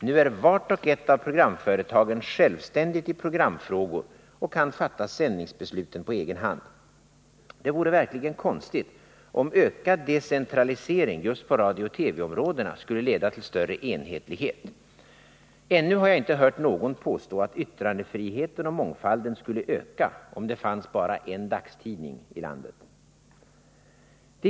Nu är vart och ett av programföretagen självständigt i programfrågor och kan fatta sändningsbesluten på egen hand. Det vore verkligen konstigt om ökad decentralisering just på radiooch TV-områdena skulle leda till större enhetlighet. Ännu har jag inte hört någon påstå att yttrandefriheten och mångfalden skulle öka om det bara fanns en dagstidning i landet.